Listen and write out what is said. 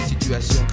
Situation